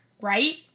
right